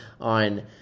on